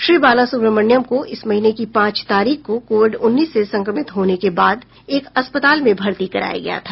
श्री बालासुब्रमण्यम को इस महीने की पांच तारीख को कोविड उन्नीस से संक्रमित होने के बाद एक अस्पताल में भर्ती कराया गया था